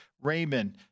Raymond